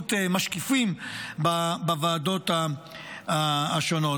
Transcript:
נציגות משקיפים בוועדות השונות.